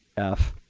f,